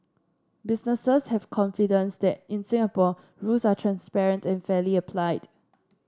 businesses have confidence that in Singapore rules are transparent and fairly applied